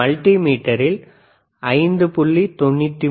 multi மீட்டரில் 5